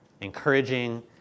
encouraging